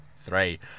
three